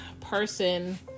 person